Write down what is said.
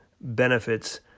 benefits